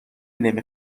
نمی